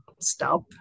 stop